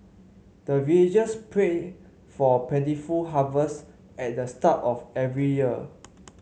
the villagers pray for plentiful harvest at the start of every year